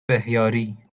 بهیاری